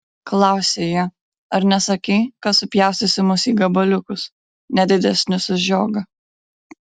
klausė jie ar nesakei kad supjaustysi mus į gabaliukus ne didesnius už žiogą